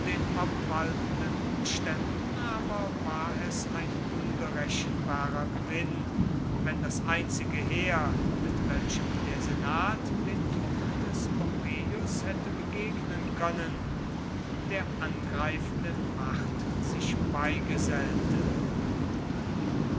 den obwaltenden umständen aber war es ein unberechenbarer gewinn wenn das einzige heer mit welchem der senat den truppen des pompeius hätte begegnen können der angreifenden macht sich beigesellte